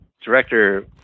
director